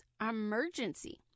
emergency